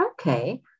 okay